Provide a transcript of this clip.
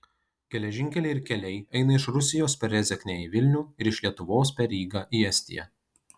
geležinkeliai ir keliai eina iš rusijos per rezeknę į vilnių ir iš lietuvos per rygą į estiją